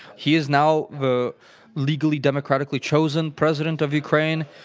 he is now the legally democratically chosen president of ukraine.